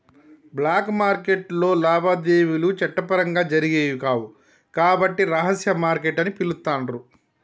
black మార్కెట్టులో లావాదేవీలు చట్టపరంగా జరిగేవి కావు కాబట్టి రహస్య మార్కెట్ అని పిలుత్తాండ్రు